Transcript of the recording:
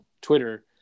Twitter